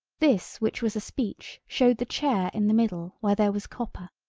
this which was a speech showed the chair in the middle where there was copper.